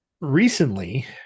recently